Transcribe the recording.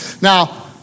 Now